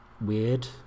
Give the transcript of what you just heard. weird